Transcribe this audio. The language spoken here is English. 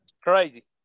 crazy